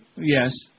Yes